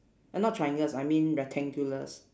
not triangles I mean rectangulars